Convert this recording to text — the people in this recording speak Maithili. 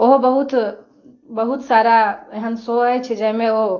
ओहो बहुत बहुत सारा एहन शो अछि जाहिमे ओ